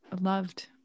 loved